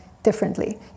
Differently